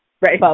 Right